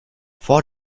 vor